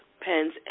pens